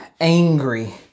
angry